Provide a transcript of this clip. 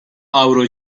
avro